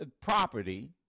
property